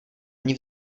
ani